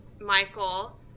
Michael